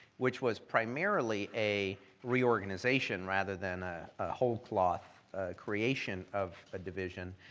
which was primarily a reorganization rather than ah a whole cloth creation of a division,